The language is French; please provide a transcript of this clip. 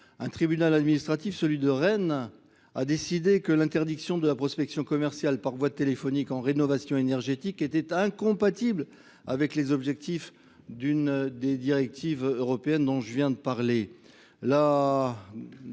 Un tribunal administratif, celui de Rennes, a décidé que l'interdiction de la prospection commerciale par voie téléphonique en rénovation énergétique était incompatible avec les objectifs d'une des directives européennes dont je viens de parler.